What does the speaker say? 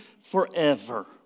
forever